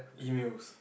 emails